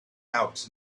out